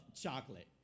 chocolate